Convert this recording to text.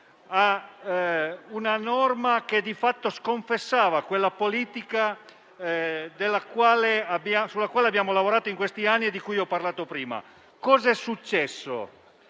a una norma che di fatto sconfessava la politica sulla quale abbiamo lavorato in questi anni e di cui ho parlato prima. Cos'è successo?